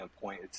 point